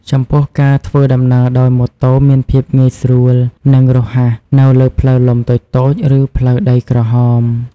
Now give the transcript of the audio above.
ចំពោះការធ្វើដំណើរដោយម៉ូតូមានភាពងាយស្រួល និងរហ័សនៅលើផ្លូវលំតូចៗ ឬផ្លូវដីក្រហម។